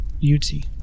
beauty